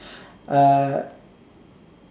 uh